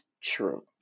true